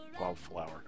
Wildflower